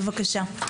בבקשה.